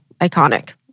iconic